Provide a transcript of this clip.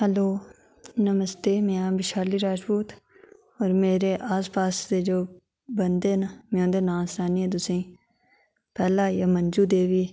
hello नमस्ते में हां बेशाली राजपूत और मेरे आस पास दे जो बंदे ना में उंदे नां सनान्नी आं तुसेंगी पैह्ला आई गेआ मंजू देवी